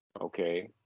Okay